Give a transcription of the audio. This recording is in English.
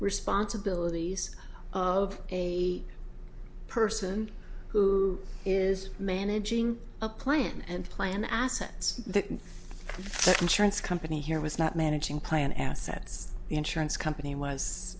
responsibilities of a person who is managing a plan and plan assets the insurance company here was not managing plan assets the insurance company was